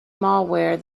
malware